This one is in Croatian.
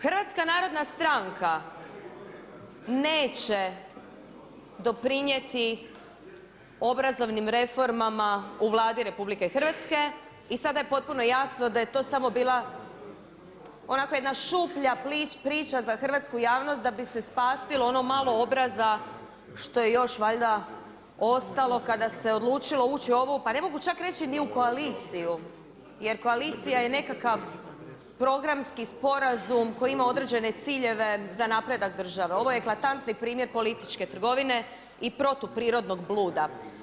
HNS neće doprinijeti obrazovnim reformama u Vladi RH i sad je potpuno jasno da je to samo bila onako samo jedna šuplja priča za hrvatsku javnost da bi se spasilo ono malo obraza što je još valjda, ostalo kada se odlučilo ući ovo, pa ne mogu čak reći ni u koaliciju, jer koalicija je nekakav programski sporazum koji ima određene ciljeve za napredak države, ovo je eklatantni primjer političke trgovine i protuprirodnog bluda.